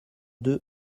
deux